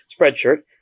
Spreadshirt